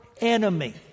enemy